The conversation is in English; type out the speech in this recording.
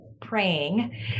praying